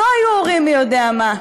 לא היו הורים מי יודע מה,